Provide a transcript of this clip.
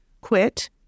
quit